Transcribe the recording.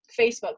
Facebook